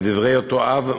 מדברי אותו אב,